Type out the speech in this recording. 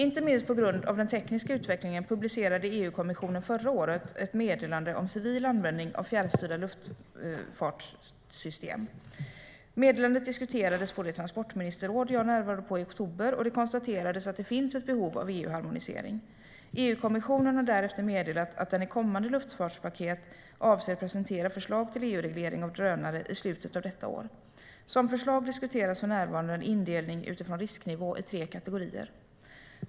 Inte minst på grund av den tekniska utvecklingen publicerade EU-kommissionen förra året ett meddelande om civil användning av fjärrstyrda luftfartygssystem. Meddelandet diskuterades på det transportministerråd jag närvarade på i oktober, och det konstaterades att det finns ett behov av EU-harmonisering. EU-kommissionen har därefter meddelat att den i kommande luftfartspaket avser att presentera förslag till EU-reglering av drönare i slutet av detta år. Som förslag diskuteras för närvarande en indelning utifrån risknivå i tre kategorier.